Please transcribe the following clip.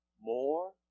more